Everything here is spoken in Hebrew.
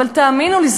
אבל תאמינו לי,